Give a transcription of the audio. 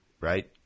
right